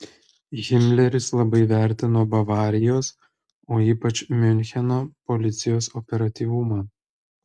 himleris labai vertino bavarijos o ypač miuncheno policijos operatyvumą